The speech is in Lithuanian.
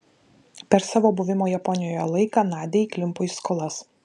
per savo buvimo japonijoje laiką nadia įklimpo į skolas